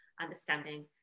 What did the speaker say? understanding